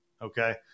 Okay